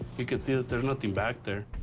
you could see that there's nothing back there.